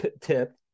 tip